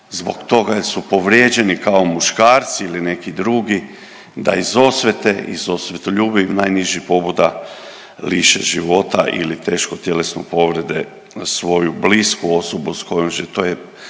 zbog toga jer su povrijeđeni kao muškarci ili neki drugi da iz osvete, iz osvetoljubivih najnižih pobuda liše života teško tjelesno povrede svoju blisku osobu s kojom žive.